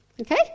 okay